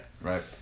right